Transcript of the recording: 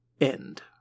end